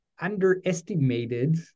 underestimated